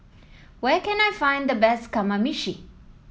where can I find the best Kamameshi